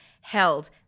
held